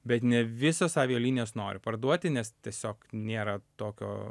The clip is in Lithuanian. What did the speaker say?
bet ne visos avialinijos nori parduoti nes tiesiog nėra tokio